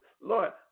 Lord